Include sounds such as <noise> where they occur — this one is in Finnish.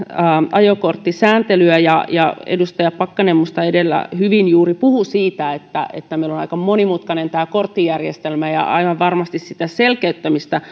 ajokorttisääntelyä edustaja pakkanen puhui juuri edellä minusta hyvin siitä että meillä on aika monimutkainen tämä korttijärjestelmä ja aivan varmasti sitä selkeyttämistä <unintelligible>